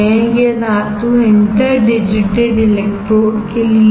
यह धातु interdigitated electrode के लिए है